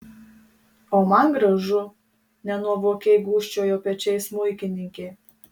o man gražu nenuovokiai gūžčiojo pečiais smuikininkė